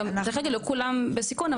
ודרך אגב לא כולם בסיכון,